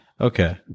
Okay